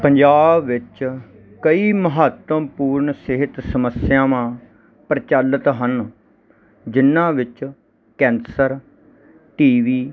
ਪੰਜਾਬ ਵਿੱਚ ਕਈ ਮਹੱਤਵਪੂਰਨ ਸਿਹਤ ਸਮੱਸਿਆਵਾਂ ਪ੍ਰਚੱਲਿਤ ਹਨ ਜਿਨ੍ਹਾਂ ਵਿੱਚ ਕੈਂਸਰ ਟੀ ਬੀ